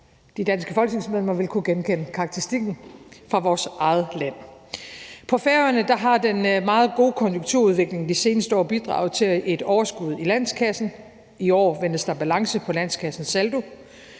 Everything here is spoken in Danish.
De danske folketingsmedlemmer vil kunne genkende karakteristikken fra vores eget land. På Færøerne har den meget gode konjunkturudvikling de seneste år bidraget til et overskud i landskassen, og i år ventes der balance på landskassens saldo.